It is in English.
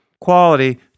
quality